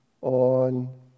on